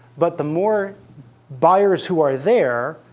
but the more buyers who are there,